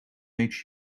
makes